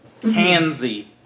Handsy